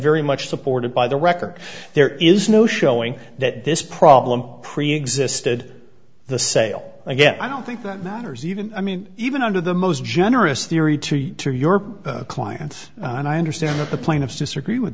very much supported by the record there is no showing that this problem preexisted the sale again i don't think that matters even i mean even under the most generous theory to you or your client and i understand that the plaintiffs disagree with